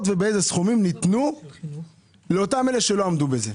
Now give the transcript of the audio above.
ובאילו סכומים ניתנו למי שלא עמדו בזה.